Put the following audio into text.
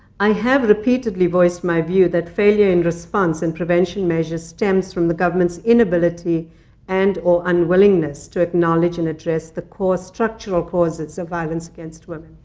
i have repeatedly voiced my view that failure in response and prevention measures stems from the government's inability and or unwillingness to acknowledge and address the core structural causes of violence against women.